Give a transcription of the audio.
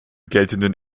geltenden